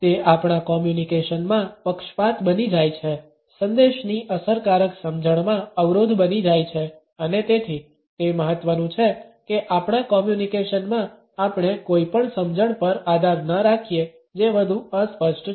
તે આપણા કોમ્યુનિકેશનમાં પક્ષપાત બની જાય છે સંદેશની અસરકારક સમજણમાં અવરોધ બની જાય છે અને તેથી તે મહત્વનું છે કે આપણા કોમ્યુનિકેશનમાં આપણે કોઈ પણ સમજણ પર આધાર ન રાખીએ જે વધુ અસ્પષ્ટ છે